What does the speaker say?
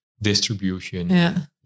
distribution